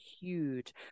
huge